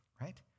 right